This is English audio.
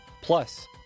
plus